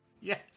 Yes